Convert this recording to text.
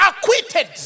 acquitted